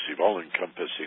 all-encompassing